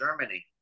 Germany